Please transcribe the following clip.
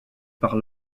par